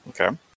Okay